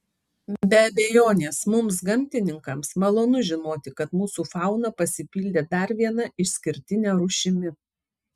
be abejonės mums gamtininkams malonu žinoti kad mūsų fauna pasipildė dar viena išskirtine rūšimi